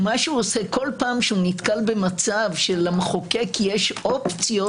מה שהוא עושה כל פעם שהוא נתקל במצב שלמחוקק יש אפשרויות,